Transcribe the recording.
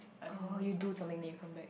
oh you do something then you come back